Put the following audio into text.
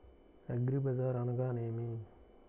అగ్రిబజార్ అనగా నేమి?